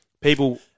people